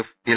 F L